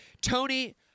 Tony